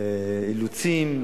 אילוצים,